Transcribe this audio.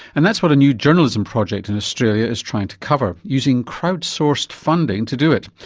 and that's what a new journalism project in australia is trying to cover, using crowd-sourced funding to do it.